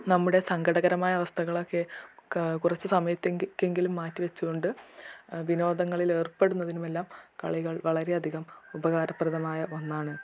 നമ്മുടെ സങ്കടകരമായ അവസ്ഥകളൊക്കെ കുറച്ച് സമയത്തേക്കെങ്കിലും മാറ്റി വെച്ച് കൊണ്ട് റ്വിനോദങ്ങളിലേർപ്പെടുന്നതിനുമെല്ലാം കളികൾ വളരെ അധികം ഉപകാരപ്രദമായ ഒന്നാണ്